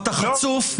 אתה חצוף,